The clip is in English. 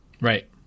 right